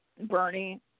Bernie